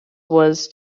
was